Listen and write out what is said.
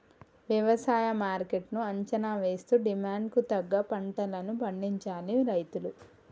వ్యవసాయ మార్కెట్ ను అంచనా వేస్తూ డిమాండ్ కు తగ్గ పంటలను పండించాలి రైతులు